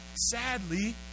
Sadly